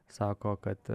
sako kad